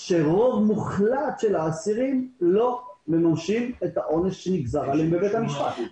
שהרוב המוחלט של האסירים לא מממשים את העונש שנגזר עליהם בבית המשפט.